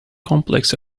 complex